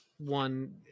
one